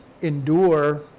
endure